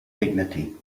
dignity